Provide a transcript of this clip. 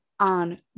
on